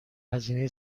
هزینه